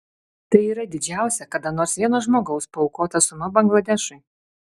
tai yra didžiausia kada nors vieno žmogaus paaukota suma bangladešui